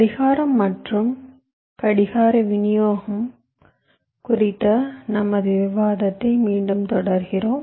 கடிகாரம் மற்றும் கடிகார விநியோகம் குறித்த நமது விவாதத்தை மீண்டும் தொடர்கிறோம்